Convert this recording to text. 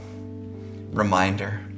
reminder